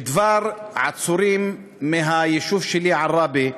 בדבר עצורים מהיישוב שלי, עראבה: